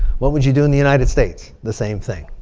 what would you do in the united states? the same thing.